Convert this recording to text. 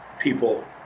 people